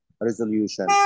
resolution